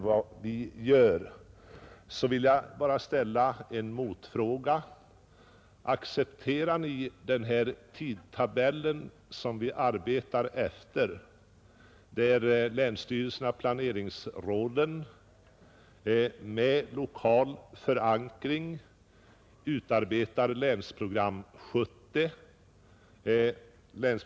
Jag vill då ställa en motfråga: Accepterar ni den tidtabell som länsstyrelserna och planeringsråden med lokal förankring följer när de utarbetar Länsprogram 1970?